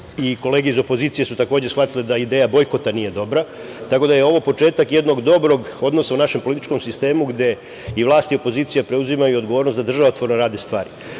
i kolege iz opozicije su, takođe, shvatile da ideja bojkota nije dobra. Ovo je početak jednog dobrog odnosa u našem političkom sistemu gde i vlast i opozicija preuzimaju odgovornost da državotvorno rade stvari. Ja